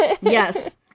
Yes